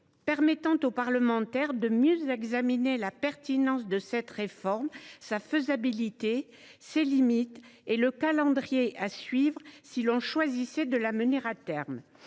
permis aux parlementaires de mieux examiner la pertinence de cette réforme, sa faisabilité, ses limites et le calendrier à suivre si l’on choisissait de la mener à terme.